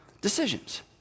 decisions